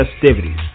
Festivities